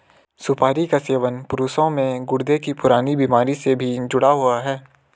सुपारी का सेवन पुरुषों में गुर्दे की पुरानी बीमारी से भी जुड़ा हुआ है